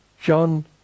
John